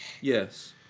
Yes